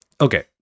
okay